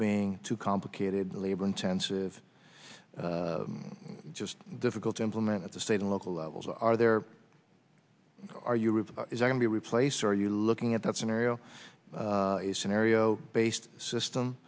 being too complicated the labor intensive just difficult to implement at the state and local levels are there are you with can be replaced are you looking at that scenario a scenario based system